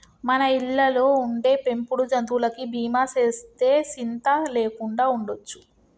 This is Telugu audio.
మన ఇళ్ళలో ఉండే పెంపుడు జంతువులకి బీమా సేస్తే సింత లేకుండా ఉండొచ్చు